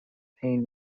pain